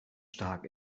stark